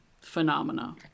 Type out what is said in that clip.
phenomena